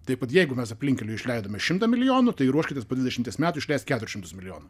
taip vat jeigu mes aplinkkeliui išleidome šimtą milijonų tai ruoškitės po dvidešimties metų išleis keturis šimtus milijonų